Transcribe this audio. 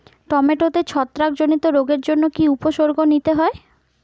টমেটোতে ছত্রাক জনিত রোগের জন্য কি উপসর্গ নিতে হয়?